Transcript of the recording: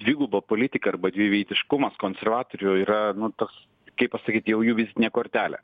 dviguba politika arba dviveidiškumas konservatorių yra nu tas kaip pasakyt jau jų vizitinė kortelė